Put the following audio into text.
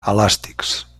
elàstics